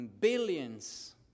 billions